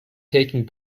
taking